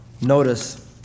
Notice